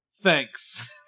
Thanks